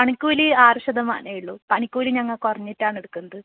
പണിക്കൂലി ആറ് ശതമാനമേയുള്ളു പണിക്കൂലി ഞങ്ങൾ കുറഞ്ഞിട്ടാണ് എടുക്കുന്നത്